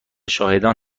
شاهدان